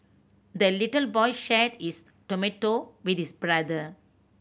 the little boy shared his tomato with his brother